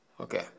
Okay